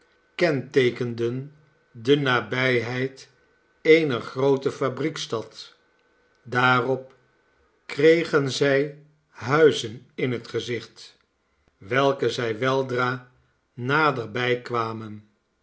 kenteekenden de nabijheid eener groote fabriekstad daarop kregen zij huizen in het gezicht welke zij weldra naderbij kwamen